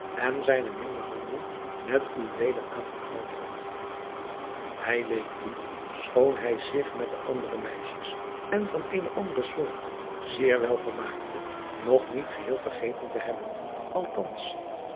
en zijnen minnehandel met u weder aangeknoopt had ij leek u schoon hij zich met de andere meisjes en van eene andere soort zeer wel vermaakte nog niet geheel vergeten te hebben